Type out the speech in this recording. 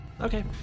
Okay